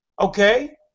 Okay